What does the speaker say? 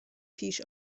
پیش